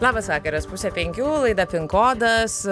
labas vakaras pusę penkių laida kodas